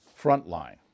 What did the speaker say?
Frontline